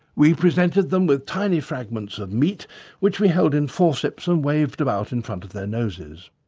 we presented them with tiny fragments of meat which we held in forceps and waved about in front of their noses.